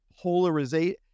polarization